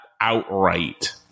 outright